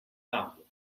tarbes